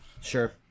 Sure